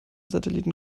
satelliten